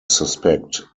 suspect